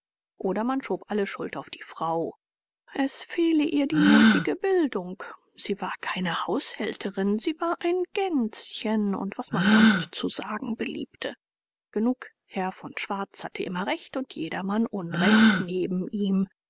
oder man schob alle schuld auf die frau es fehle ihr die nötige bildung sie war keine haushälterin sie war ein gänschen und was man sonst zu sagen beliebte genug herr von schwarz hatte immer recht und jedermann unrecht neben ihm